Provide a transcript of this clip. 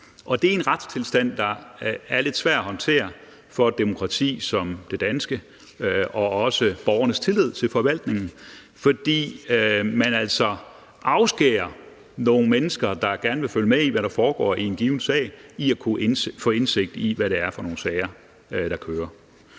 Og det er en retstilstand, der er lidt svær at håndtere for et demokrati som det danske – også i forhold til borgernes tillid til forvaltningen, fordi man altså afskærer nogle mennesker, der gerne vil følge med i, hvad der foregår i en given sag, fra at kunne få indsigt i, hvad det er for nogle sager, der kører.